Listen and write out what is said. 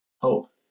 hope